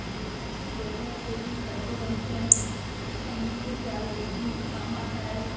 इसके गोबर से भी कंडे बनते हैं इसका मूत्र भी औशधियों के काम आता है